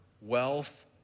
wealth